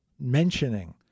mentioning